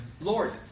Lord